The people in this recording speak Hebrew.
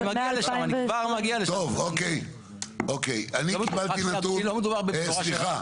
אני קיבלתי נתון נאמר בישיבה,